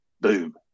boom